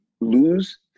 lose